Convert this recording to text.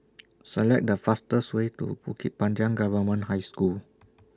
Select The fastest Way to Bukit Panjang Government High School